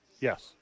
Yes